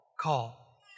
call